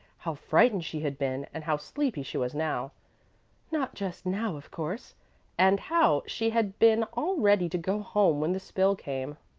how frightened she had been, and how sleepy she was now not just now of course and how she had been all ready to go home when the spill came.